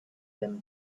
them